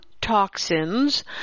toxins